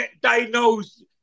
diagnosed